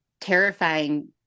terrifying